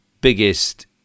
biggest